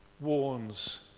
warns